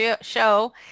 show